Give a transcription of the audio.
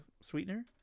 sweetener